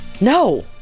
No